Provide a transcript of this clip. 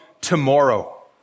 tomorrow